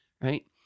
right